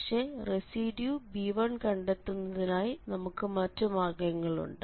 പക്ഷേ റെസിഡ്യൂ b1കണ്ടെത്തുന്നതിനായി നമുക്ക് മറ്റു മാർഗ്ഗങ്ങളുമുണ്ട്